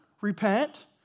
repent